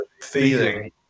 feeling